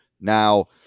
now